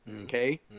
okay